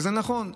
וזה נכון,